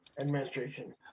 administration